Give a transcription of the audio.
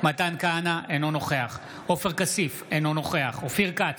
אינו נוכח עופר כסיף, אינו נוכח אופיר כץ,